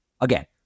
Again